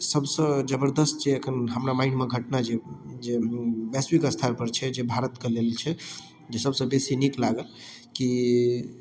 सबसऽ जबरदस्त जे एखन हमरा माइण्ड मे घटना जे वैश्विक स्तरपर छै जे भारतके लेल छै जे सबसऽ बेसी नीक लागत की